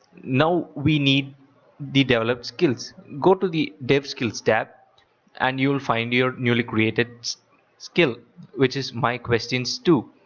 now we need the developed skills. go to the dev skills tab and you'll find your newly created skill which is my questions two.